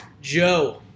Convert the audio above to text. Joe